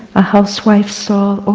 a housewife saw,